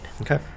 Okay